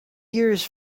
years